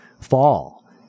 fall